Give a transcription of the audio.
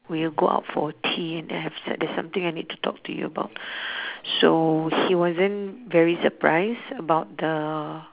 we'll go out for tea and I said there's something I need to talk to you about so he wasn't very surprised about the